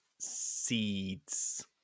seeds